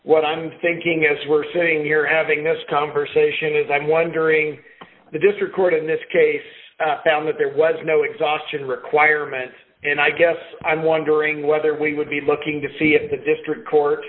what i'm thinking as we're sitting here having this conversation is i'm wondering the district court in this case found that there was no exhaustion requirement and i guess i'm wondering whether we would be looking to see if the district court